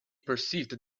perceived